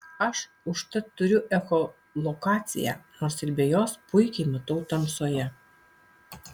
aš užtat turiu echolokaciją nors ir be jos puikiai matau tamsoje